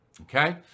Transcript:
Okay